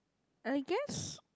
I guess